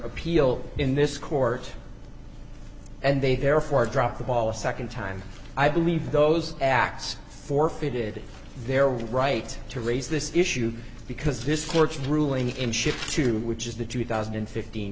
appeal in this court and they therefore dropped the ball a nd time i believe those acts forfeited their right to raise this issue because this court's ruling in ships to which is the two thousand and fifteen